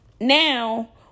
Now